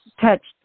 touched